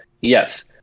yes